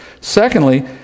Secondly